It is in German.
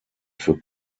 für